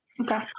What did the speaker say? okay